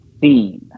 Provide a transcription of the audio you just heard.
seen